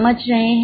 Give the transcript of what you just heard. समझ रहे हैं